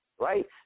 Right